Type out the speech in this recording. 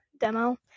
demo